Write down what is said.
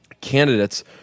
candidates